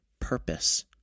purpose